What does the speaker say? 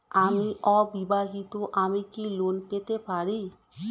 আমি অবিবাহিতা আমি কি লোন পেতে পারি?